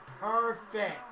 perfect